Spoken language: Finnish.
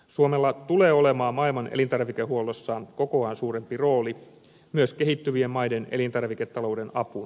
suomella tulee olemaan maailman elintarvikehuollossa kokoaan suurempi rooli myös kehittyvien maiden elintarviketalouden apuna